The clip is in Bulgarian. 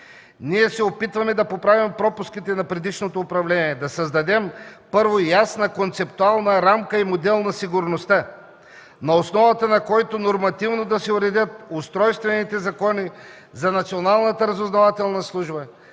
Ние се опитваме да поправим пропуските на предишното управление, да създадем, първо – ясна концептуална рамка и модел на сигурността, на основата на който нормативно да се уредят устройствените закони за Националната разузнавателна служба,